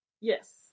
Yes